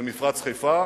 למפרץ חיפה,